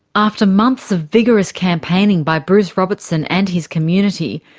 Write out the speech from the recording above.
after months of vigorous campaigning by bruce robertson and his community,